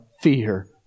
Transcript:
fear